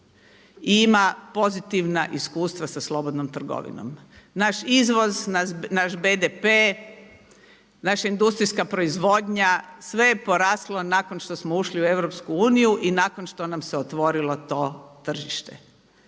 ima pozitivna iskustva sa slobodnom trgovinom, naš izvoz, naš BDP, naša industrijska proizvodnja sve je poraslo nakon što smo ušli u EU i nakon što nam se otvorilo to tržište.